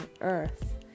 earth